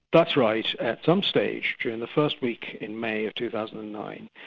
that's right. at some stage during the first week in may, two thousand and nine,